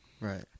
Right